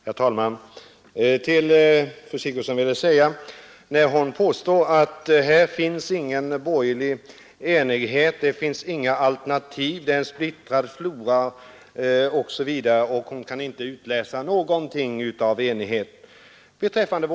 Herr talman! Fru Sigurdsen påstår att det inte finns någon borgerlig enighet här, inga alternativ, det är en splittrad flora av förslag osv.; hon kan inte utläsa någon enighet alls.